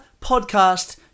podcast